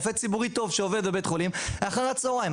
רופא ציבורי טוב שעובד בבית החולים אחר הצוהריים.